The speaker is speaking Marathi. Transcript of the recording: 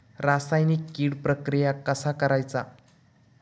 रासायनिक कीड प्रक्रिया कसा करायचा?